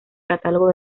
catálogo